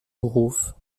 beruf